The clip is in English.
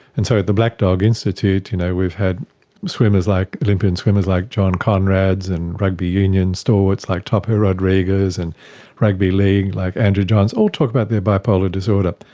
and so at the black dog institute you know we've had like olympian swimmers like john konrads and rugby union stalwarts like topo rodriguez and rugby league like andrew johnson all talk about their bipolar disorder.